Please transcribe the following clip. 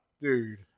Dude